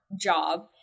job